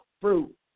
fruit